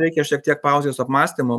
reikia šiek tiek pauzės apmąstymam